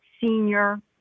senior